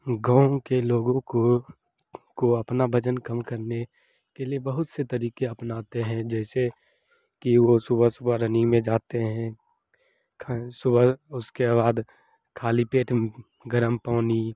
गाँव के लोगों को को अपना वज़न कम करने के लिए बहुत से तरीक़े अपनाते हैं जैसे कि वो सुबह सुबह रनिंग में जाते हैं पर सुबह उसके बाद खाली पेट गर्म पानी